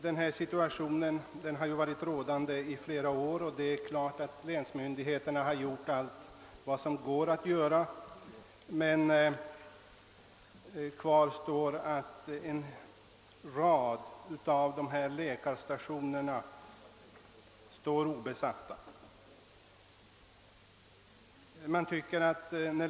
Denna situation har varit för handen i flera år. Självfallet har länsmyndigheterna gjort allt vad som går att göra, men kvar står att tjänsterna på en rad av läkarstationerna i länet är obesatta.